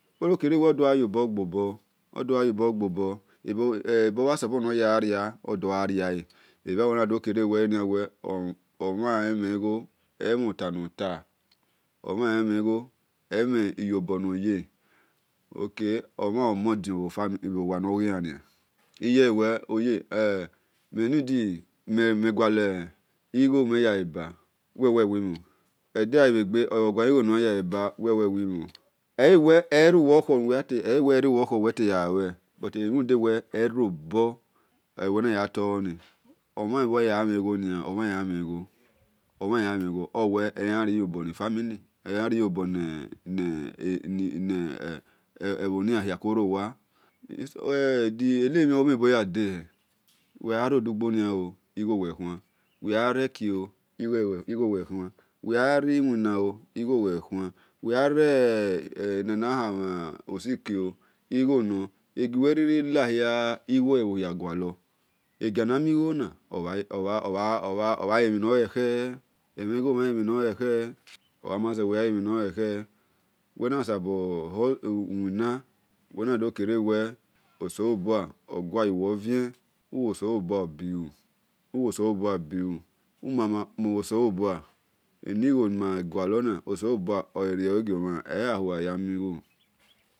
Widogha-yoboghobor wido gha ria-eria ebho-mhan suppose uwi dogha riale omhan emhen igho emhen iyobor no ye ok omhan omodion bhi family ni iye we-me gualigho nor yanya-leba owe ohebhi mhon edeghabhe gbe owe ohe bhi mhon eyi we eru-we okho nuwe yahue nigho na robor omhan gha mhen igho oyan riyobor ni family or ebhoni yankhi korowa uwe gha rugbo igho uwe khuan uwe gha reki igho uwe khuan uwe ghan riwina igho we khuan ighiari-riha igho no egiana migho na obhe he mhen no lekhe uwena sobo wina uwe nakere osalobua guayuwe uvien uwosalobua obhiu umama kpenmhen osalobua, igho ni ma gualor osalobua ole-rienomhan eyahu-ayamigho.